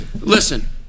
Listen